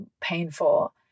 painful